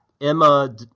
Emma